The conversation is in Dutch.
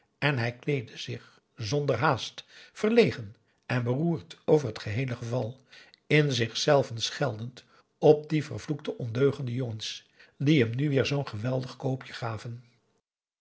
en hij kleedde zich zonder haast verlegen en beroerd over het heele geval in zich zelven scheldend op die vervloekte ondeugende jongens die hem nu weer zoo'n geweldig koopje gaven